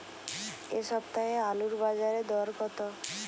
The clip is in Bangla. এ সপ্তাহে আলুর বাজারে দর কত?